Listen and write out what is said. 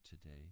today